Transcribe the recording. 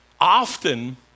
often